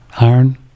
Iron